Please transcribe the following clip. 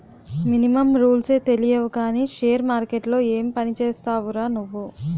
Minimum రూల్సే తెలియవు కానీ షేర్ మార్కెట్లో ఏం పనిచేస్తావురా నువ్వు?